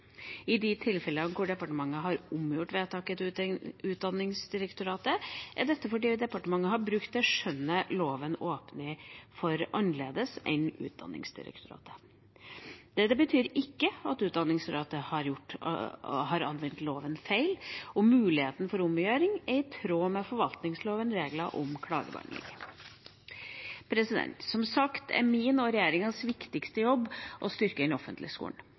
I de tilfellene departementet har omgjort vedtaket til Utdanningsdirektoratet, er det fordi departementet har brukt det skjønnet loven åpner for, annerledes enn Utdanningsdirektoratet. Det betyr ikke at Utdanningsdirektoratet har anvendt loven feil, og muligheten for omgjøring er i tråd med forvaltningslovens regler om klagebehandling. Som sagt er min og regjeringas viktigste jobb å styrke den offentlige skolen.